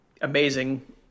amazing